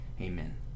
Amen